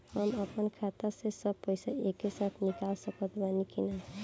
हम आपन खाता से सब पैसा एके साथे निकाल सकत बानी की ना?